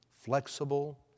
flexible